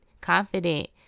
confident